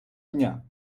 дня